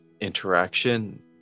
interaction